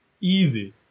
Easy